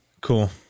Cool